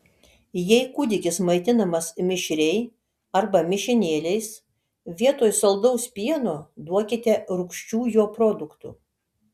jei kūdikis maitinamas mišriai arba mišinėliais vietoj saldaus pieno duokite rūgščių jo produktų